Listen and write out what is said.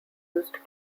used